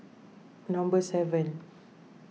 number seven